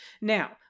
now